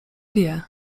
wie